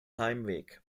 heimweg